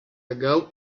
ago